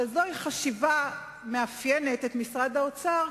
אבל זו חשיבה המאפיינת את משרד האוצר,